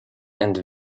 and